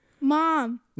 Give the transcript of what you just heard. Mom